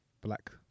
Black